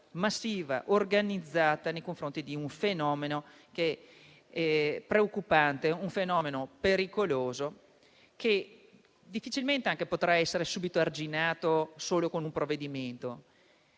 massiva e organizzata nei confronti di un fenomeno preoccupante e pericoloso che difficilmente potrà essere subito arginato solo con un provvedimento,